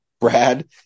Brad